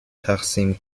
تقسیم